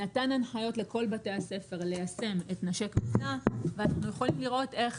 נתן הנחיות לכל בתי הספר ליישם את 'נשק וסע' ואנחנו יכולים לראות איך